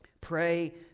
Pray